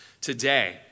today